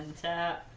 to